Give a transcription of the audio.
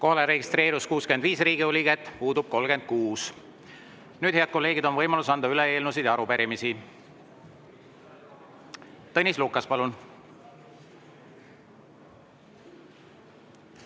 Kohalolijaks registreerus 65 Riigikogu liiget, puudub 36. Nüüd, head kolleegid, on võimalus anda üle eelnõusid ja arupärimisi. Tõnis Lukas, palun!